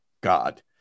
God